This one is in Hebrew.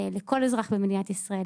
לכל אזרח במדינת ישראל,